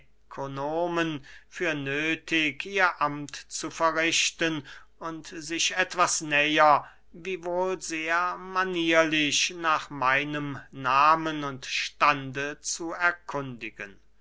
gynäkonomen für nöthig ihr amt zu verrichten und sich etwas näher wiewohl sehr manierlich nach meinem nahmen und stande zu erkundigen